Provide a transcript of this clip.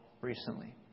recently